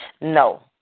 No